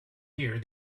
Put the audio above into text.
here